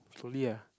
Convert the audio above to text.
slowly ah